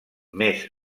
més